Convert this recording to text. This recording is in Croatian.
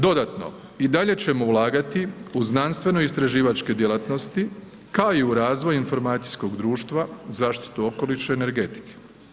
Dodatno, i dalje ćemo ulagati u znanstveno istraživačke djelatnosti, kao i u razvoj informacijskog društva, zaštitu okoliša i energetike.